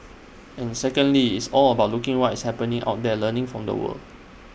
and secondly it's all about looking what's happening out there learning from the world